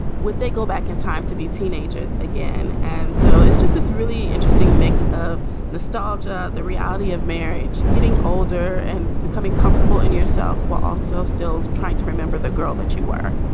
what, they go back in time to be teenagers again and so it's just it's really interesting mix of nostalgia, the reality of marriage, getting older and becoming comfortable in yourself while also still trying to remember that girl that you were.